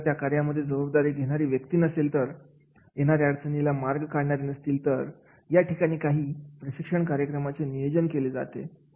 आणि जर त्या कार्यामध्ये जबाबदारी घेणारी व्यक्ती नसतील तर येणाऱ्या अडचणी ला मार्ग काढणारे नसतील तर या ठिकाणी काही प्रशिक्षण कार्यक्रमाचे नियोजन केले जाते